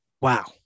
Wow